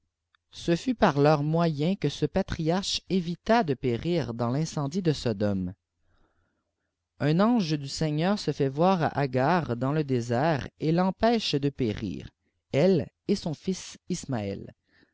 ce ftit par icyr moyen que ce patriarche évite de périr dans l'incendie de odôme ange du iseiçneur se fait voir à agar dans'ie désert et i em fêche dé périr elle et son fib